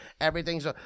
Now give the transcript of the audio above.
everything's